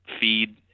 feed